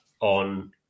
on